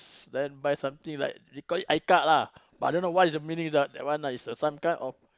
then buy something like we call it i-Card lah but I don't know what's the meaning ah that one is uh some kind of